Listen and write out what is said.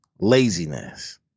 laziness